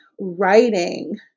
writing